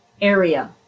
area